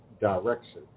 direction